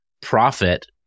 profit